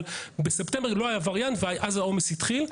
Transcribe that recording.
אבל בספטמבר לא היה וריאנט ואז העומס התחיל.